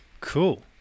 Cool